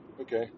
Okay